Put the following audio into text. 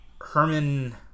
Herman